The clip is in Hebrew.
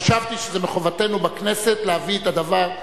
חשבתי שמחובתנו בכנסת להביא את הדבר.